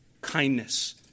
kindness